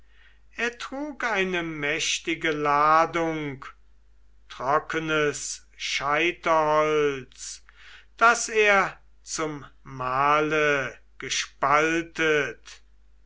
er trug eine mächtige ladung trockenes scheiterholz das er zum mahle gespaltet